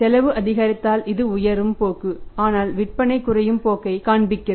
செலவு அதிகரித்தால் இது உயரும் போக்கு ஆனால் விற்பனை குறையும் போக்கை காண்பிக்கிறது